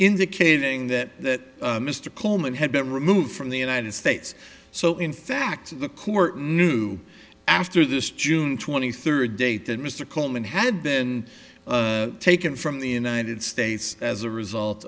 indicating that mr coleman had been removed from the united states so in fact the court knew after this june twenty third date that mr coleman had been taken from the united states as a result